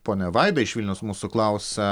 ponia vaida iš vilniaus mūsų klausia